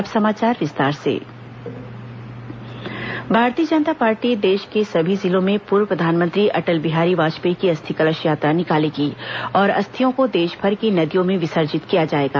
अटल अस्थि कलश यात्रा भारतीय जनता पार्टी देश के सभी जिलों में पूर्व प्रधानमंत्री अटल बिहारी वाजपेयी की अस्थि कलश यात्रा निकालेगी और अस्थियों को देश भर की नदियों में विसर्जित किया जाएगा